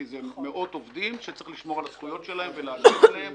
כי זה מאות עובדים שצריך לשמור על הזכויות שלהם ולהגן עליהם